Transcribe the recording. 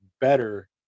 better